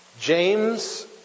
James